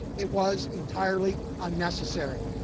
it was entirely unnecessary.